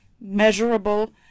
measurable